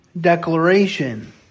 declaration